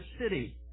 city